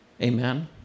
Amen